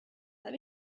let